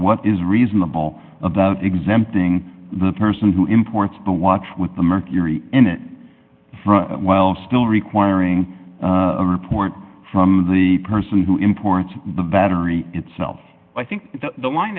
what is reasonable about exempting the person who imports the watch with the mercury in it while still requiring a report from the person who imports the battery itself i think the line